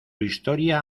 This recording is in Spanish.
historia